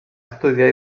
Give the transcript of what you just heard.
estudiar